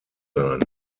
sein